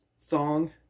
thong